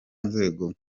nzego